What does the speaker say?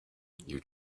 you